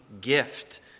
gift